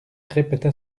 répéta